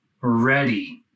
Ready